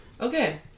Okay